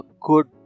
good